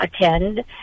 attend